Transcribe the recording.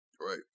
Right